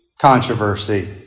controversy